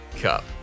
Cup